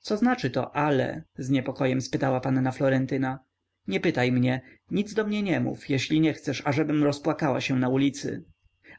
co znaczy to ale z niepokojem zapytała panna florentyna nie pytaj mnie nic do mnie nie mów jeżeli nie chcesz ażebym rozpłakała się na ulicy